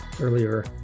earlier